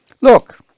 Look